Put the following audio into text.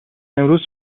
امروز